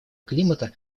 климата